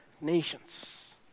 nations